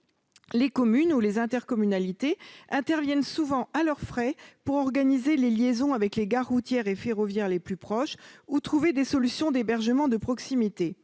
les communes ou les intercommunalités interviennent souvent à leurs frais pour organiser les liaisons avec les gares routières et ferroviaires les plus proches, ou trouver des solutions d'hébergement de proximité.